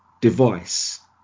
device